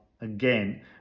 again